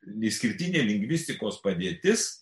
išskirtinė lingvistikos padėtis